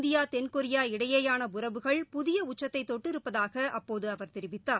India Korea இடையேயான உறவுகள் புதிய உச்சத்தை தொட்டு இருப்பதாக அப்போது அவர் தெரிவித்தார்